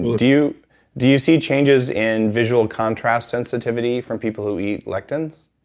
do do you see changes in visual contrast sensitivity from people who eat lectins?